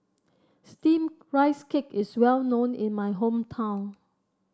steamed Rice Cake is well known in my hometown